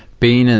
being in,